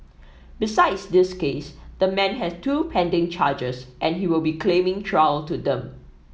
besides this case the man has two pending charges and he will be claiming trial to them